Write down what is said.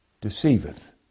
deceiveth